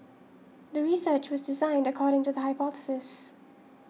the research was designed according to the hypothesis